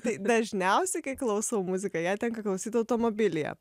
tai dažniausiai kai klausau muziką ją tenka klausyt automobilyje